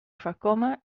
foarkomme